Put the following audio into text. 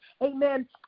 amen